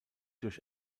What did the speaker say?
durch